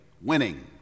winning